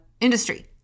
industry